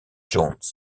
jones